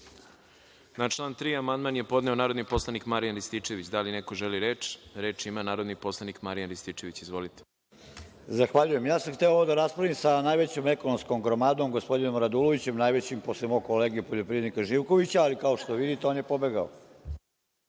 član 3. amandman je podneo narodni poslanik Marijan Rističević. Da li neko želi reč? Reč ima narodni poslanik Marijan Rističević. Izvolite. **Marijan Rističević** Zahvaljujem. Ja sam hteo ovo da raspravim sa najvećom ekonomskom gromadom, gospodinom Radulovićem, najvećim posle mog kolege poljoprivrednika Živkovića, ali kao što vidite, on je pobegao.